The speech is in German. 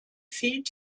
fehlt